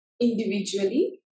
individually